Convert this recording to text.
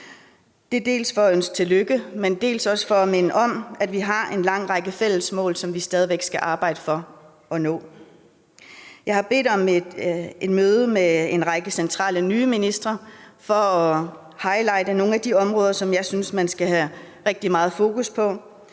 Det er dels for at ønske tillykke, dels for at minde om, at vi har en lang række fælles mål, som vi stadig væk skal arbejde for at nå. Jeg har bedt om et møde med en række centrale nye ministre for at highlighte nogle af de områder, som jeg synes man skal have rigtig meget fokus på.